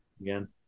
again